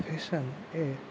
fashion A